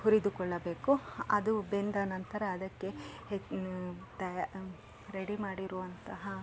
ಹುರಿದುಕೊಳ್ಳಬೇಕು ಅದು ಬೆಂದ ನಂತರ ಅದಕ್ಕೆ ಹೆ ತಯ ರೆಡಿ ಮಾಡಿರುವಂತಹ